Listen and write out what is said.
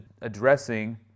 addressing